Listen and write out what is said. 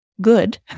good